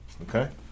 Okay